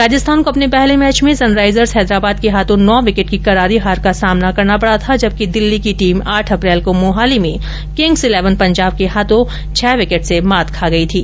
राजस्थान को अपने पहले मैच में सनराइजर्स हैदराबाद के हाथों नौ विकेट की करारी हार का सामना करना पड़ा था जबकि दिल्ली की टीम आठ अप्रैल को मोहाली में किंग्स इलेवन पंजाब के हाथों छह विकेट से मात खा गयी थी